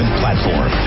platform